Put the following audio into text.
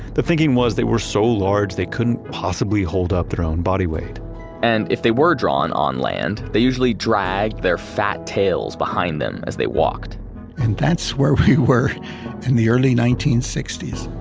the thinking was they were so large they couldn't possibly hold up their own body weight and if they were drawn on land, they usually dragged their fat tails behind them as they walked and that's where we were in the early nineteen sixty s.